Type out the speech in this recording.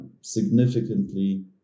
significantly